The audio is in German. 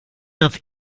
das